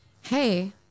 hey